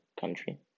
country